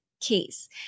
case